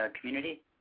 community